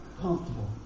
comfortable